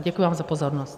Děkuji vám za pozornost.